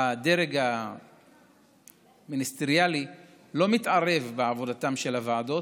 הדרג המיניסטריאלי לא מתערב בעבודתן של הוועדות,